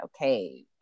okay